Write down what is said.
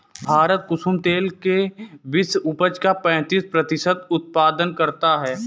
भारत कुसुम तेल के विश्व उपज का पैंतीस प्रतिशत उत्पादन करता है